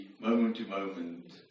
moment-to-moment